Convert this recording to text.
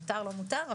מותר לא מותר,